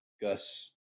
Gus